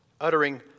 uttering